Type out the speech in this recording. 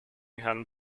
herrn